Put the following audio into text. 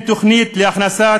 אין תוכנית להכנסת,